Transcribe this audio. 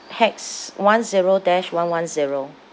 hash one zero dash one one zero